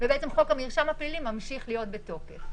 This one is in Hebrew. ובעצם חוק המרשם הפלילי ממשיך להיות בתוקף.